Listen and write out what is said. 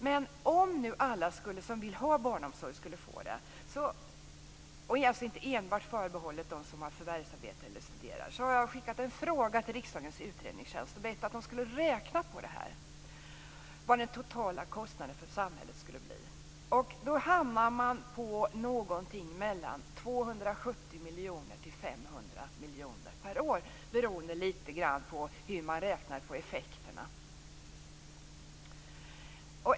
Jag har skickat en fråga till riksdagens utredningstjänst och bett dem räkna på vad den totala kostnaden för samhället skulle bli om alla som vill ha barnomsorg skulle få det, och det inte enbart skulle vara förbehållet dem som har förvärvsarbete eller studerar. Man hamnar någonstans mellan 270 miljoner och 500 miljoner kronor per år, beroende på hur man räknar på effekterna.